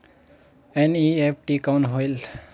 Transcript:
NEFT कौन होएल?